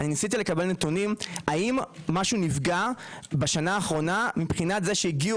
ניסיתי לקבל נתונים האם משהו נפגע בשנה האחרונה מבחינת זה שהגיעו